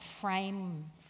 frame